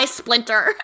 splinter